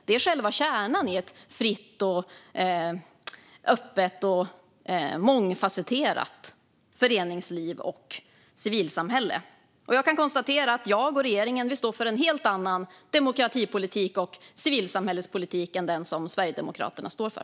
Det är själva kärnan i ett fritt, öppet och mångfasetterat föreningsliv och civilsamhälle. Jag kan konstatera att jag och regeringen står för en helt annan demokratipolitik och civilsamhällespolitik än den som Sverigedemokraterna står för.